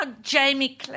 Jamie